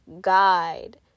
guide